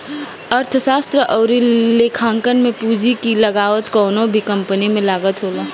अर्थशास्त्र अउरी लेखांकन में पूंजी की लागत कवनो भी कंपनी के लागत होला